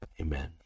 Amen